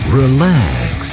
relax